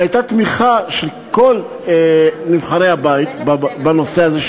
והייתה תמיכה של כל נבחרי הבית בנושא הזה,